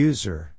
User